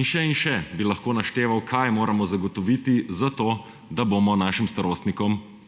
In še in še bi lahko našteval, kaj moramo zagotoviti zato, da bomo našim starostnikom, aktualnim